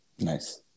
Nice